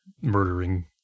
murdering